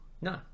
no